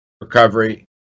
recovery